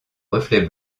reflets